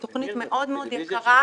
זו תכנית מאוד יקרה.